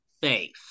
Faith